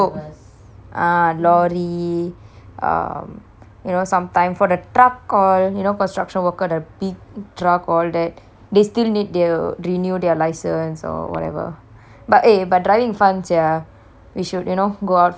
ah lorry err you know sometime for the truck all you know construction worker the big truck all that they still need to renew their licence or whatever but eh but driving fun sia we should you know go out for a drive soon